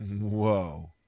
Whoa